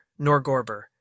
Norgorber